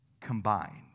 combined